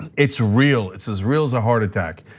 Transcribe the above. it's real. it's as real as a heart attack.